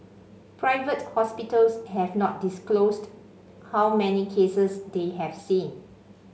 private hospitals have not disclosed how many cases they have seen